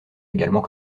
également